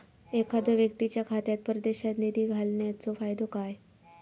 एखादो व्यक्तीच्या खात्यात परदेशात निधी घालन्याचो फायदो काय?